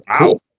wow